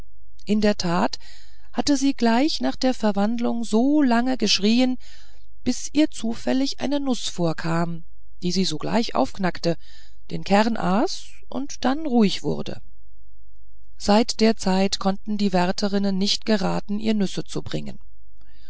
in der tat hatte sie gleich nach der verwandlung so lange geschrieen bis ihr zufällig eine nuß vorkam die sie sogleich aufknackte den kern aß und dann ruhig wurde seit der zeit konnten die wärterinnen nicht geraten ihr nüsse zu bringen